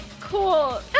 Cool